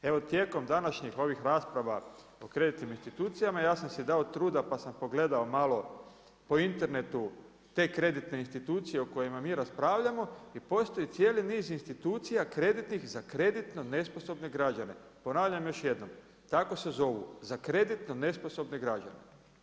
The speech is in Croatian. Evo tijekom današnjih ovih rasprava o kreditnim institucijama ja sam si dao truda pa sam pogledao malo po internetu te kreditne institucije o kojima mi raspravljamo i postoji cijeli niz institucija kreditnih za kreditno nesposobne građane, ponavljam još jednom, tako se zovu za kreditno nesposobne građane.